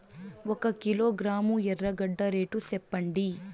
ఒక కిలోగ్రాము ఎర్రగడ్డ రేటు సెప్పండి?